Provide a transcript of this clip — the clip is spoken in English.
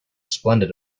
splendid